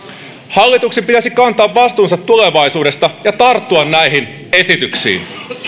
hallituksen pitäisi kantaa vastuunsa tulevaisuudesta ja tarttua näihin esityksiin